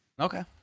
Okay